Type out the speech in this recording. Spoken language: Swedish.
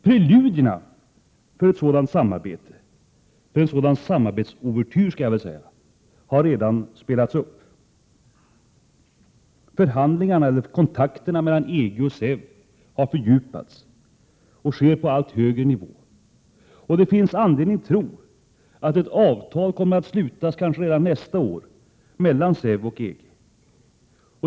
Preludierna till en sådan samarbetsouvertyr har redan spelats upp. Kontakterna mellan EG och SEV har fördjupats och sker på allt högre nivå, och det finns anledning att tro att ett avtal kommer att slutas kanske redan nästa år mellan SEV och EG.